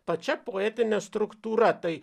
pačia poetine struktūra tai